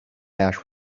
ash